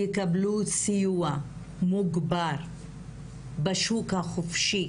יקבלו סיוע מוגבר בשוק החופשי,